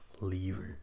lever